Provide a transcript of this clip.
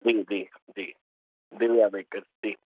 जी जी जी दिव्या बेकर्स जी